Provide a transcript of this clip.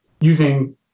using